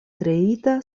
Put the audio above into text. kreita